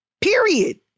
period